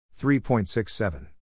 3.67